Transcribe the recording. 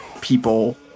people